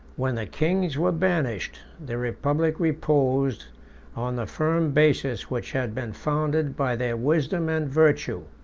when the kings were banished, the republic reposed on the firm basis which had been founded by their wisdom and virtue.